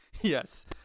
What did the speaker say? Yes